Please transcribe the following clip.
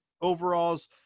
Overalls